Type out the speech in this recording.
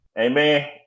amen